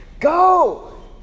go